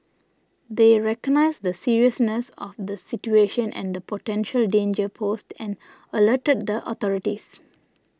they recognised the seriousness of the situation and the potential danger posed and alerted the authorities